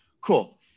Cool